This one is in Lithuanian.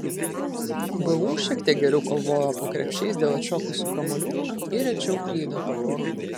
vu šiek tiek geriau kovojo po krepšiais dėl atšokusių kamuolių ir rečiau klydo